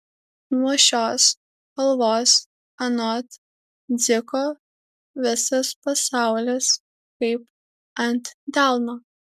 nuo šios kalvos anot dziko visas pasaulis kaip ant delno